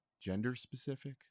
gender-specific